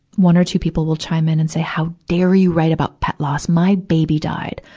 one or two people will chime in and say, how dare you write about pet loss? my baby died.